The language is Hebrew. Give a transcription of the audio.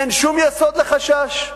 אין שום יסוד לחשש?